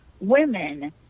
women